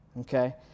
okay